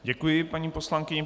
Děkuji paní poslankyni.